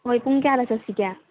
ꯍꯣꯏ ꯄꯨꯡ ꯀꯌꯥꯗ ꯆꯠꯁꯤꯒꯦ